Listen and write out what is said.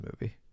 movie